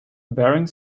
bearing